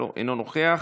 אינו נוכח,